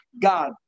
God